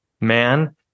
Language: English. man